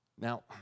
Now